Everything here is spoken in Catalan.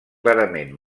clarament